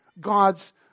God's